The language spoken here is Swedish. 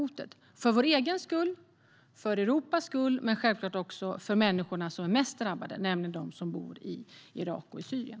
Det är för vår egen skull och för Europas skull men självklart även för de människors skull som är mest drabbade, nämligen de som bor i Irak och Syrien.